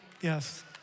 yes